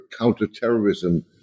counterterrorism